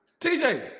TJ